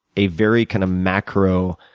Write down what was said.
a very kind of macro